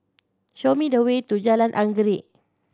show me the way to Jalan Anggerek